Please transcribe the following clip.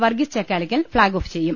Varghese Chakkalakkal flag off ചെയ്യും